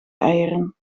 eieren